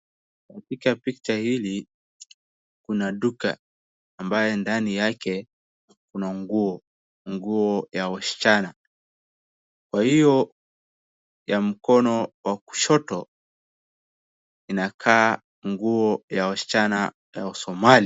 Katika picha hili, kuna duka ambaye ndani yake kuna nguo, nguo ya wasichana. Kwa hiyo ya mkono wa kushoto, inakaa nguo ya wasichana ya wasomali.